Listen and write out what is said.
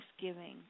thanksgiving